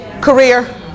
career